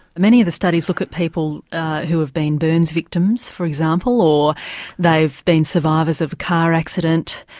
many of the studies look at people who have been burns victims for example, or they've been survivors of a car accident,